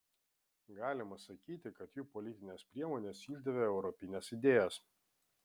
galima sakyti kad jų politinės priemonės išdavė europines idėjas